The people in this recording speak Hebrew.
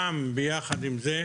יחד עם זה,